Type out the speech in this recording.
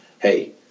Hey